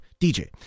DJ